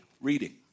reading